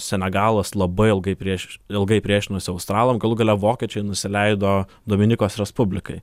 senegalas labai ilgai prieš ilgai priešinosi australam galų gale vokiečiui nusileido dominikos respublikai